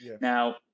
Now